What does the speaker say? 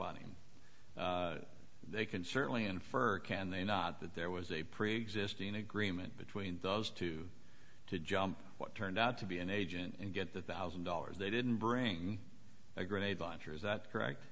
on him they can certainly infer can they not that there was a preexisting agreement between those two to jump what turned out to be an agent and get the thousand dollars they didn't bring a grenade launcher is that correct